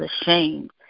ashamed